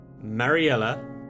mariella